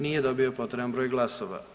Nije dobio potreban broj glasova.